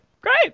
great